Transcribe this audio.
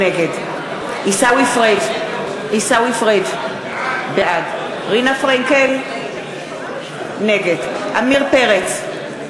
נגד עיסאווי פריג' בעד רינה פרנקל, נגד עמיר פרץ,